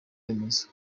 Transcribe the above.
remezo